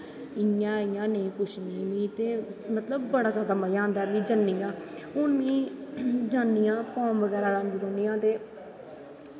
इयां नेंई कुश ते मतलव बड़ा जादा मज़ा आंदा ऐ में जन्नी आं हून में जन्नी आं फार्म बगैरा लांदी रौह्नी आं ते